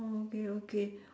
oh okay okay